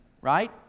right